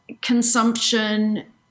consumption